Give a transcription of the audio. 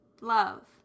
love